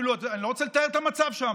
אני לא רוצה לתאר את המצב שם.